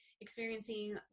experiencing